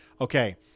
Okay